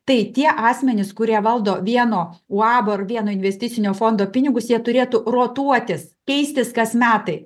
tai tie asmenys kurie valdo vieno uabo ar vieno investicinio fondo pinigus jie turėtų rotuotis keistis kas metai